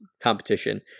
competition